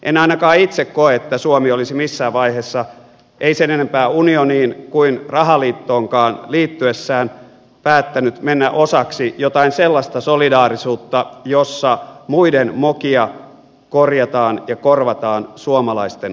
en ainakaan itse koe että suomi olisi missään vaiheessa sen enempää unioniin kuin rahaliittoonkaan liittyessään päättänyt mennä osaksi jotain sellaista solidaarisuutta jossa muiden mokia korjataan ja korvataan suomalaisten kustannuksella